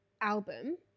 album